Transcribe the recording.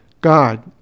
God